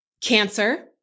Cancer